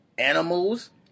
Animals